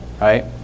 right